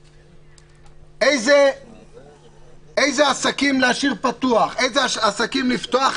איזה עסקים להשאיר פתוחים איזה עסקים לפתוח,